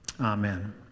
Amen